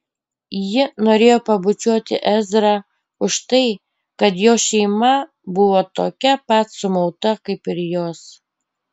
ji norėjo pabučiuoti ezrą už tai kad jo šeima buvo tokia pat sumauta kaip ir jos